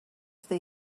they